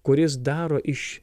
kuris daro iš